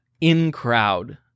in-crowd